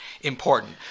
important